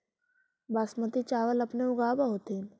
बासमती चाबल अपने ऊगाब होथिं?